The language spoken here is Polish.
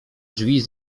drzwi